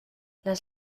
las